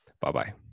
Bye-bye